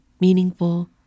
meaningful